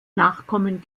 nachkommen